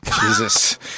Jesus